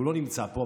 הוא לא נמצא פה,